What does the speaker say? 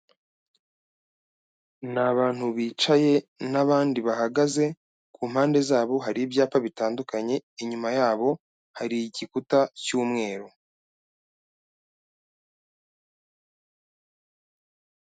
Ni abantu bicaye n'abandi bahagaze, ku mpande zabo hari ibyapa bitandukanye, inyuma yabo hari igikuta cy'umweru.